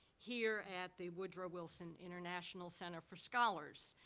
here at the woodrow wilson international center for scholars.